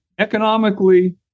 economically